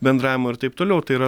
bendravimo ir taip toliau tai yra